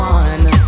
one